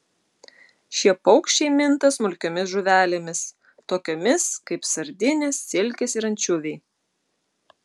šie paukščiai minta smulkiomis žuvelėmis tokiomis kaip sardinės silkės ir ančiuviai